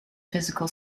physical